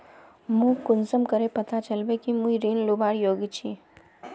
मोक कुंसम करे पता चलबे कि मुई ऋण लुबार योग्य छी?